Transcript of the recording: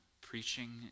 preaching